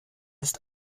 ist